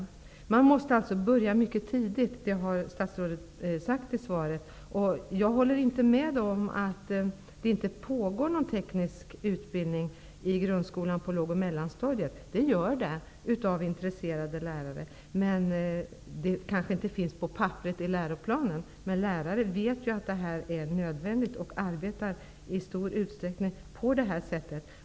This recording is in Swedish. Man måste alltså börja mycket tidigt, och det har statsrådet sagt i svaret. Jag håller inte med om att det inte pågår någon teknikutbildning i grundskolan på låg och mellanstadiet. Det ges sådan undervisning av intresserade lärare. Ämnet kanske inte finns på papperet i läroplanen, men lärare vet att teknikutbildning är nödvändig och arbetar i stor utsträckning med sådan undervisning.